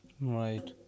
Right